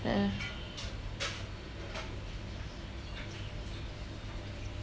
the